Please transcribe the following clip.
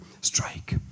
strike